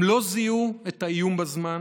הם לא זיהו את האיום בזמן.